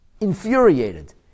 infuriated